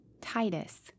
Titus